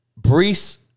Brees